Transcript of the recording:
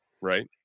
right